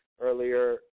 Earlier